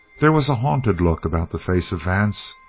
there was a haunted look about the face of vance,